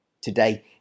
Today